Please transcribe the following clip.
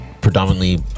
predominantly